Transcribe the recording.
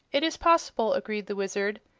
it is possible, agreed the wizard,